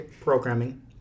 programming